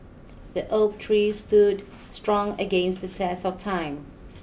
the oak tree stood strong against the test of time